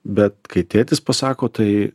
bet kai tėtis pasako tai